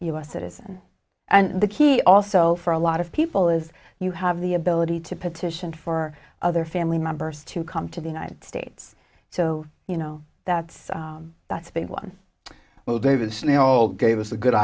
s citizen and the key also for a lot of people is you have the ability to petition for other family members to come to the united states so you know that's that's a big one well davis they all gave us a good